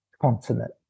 continent